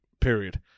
period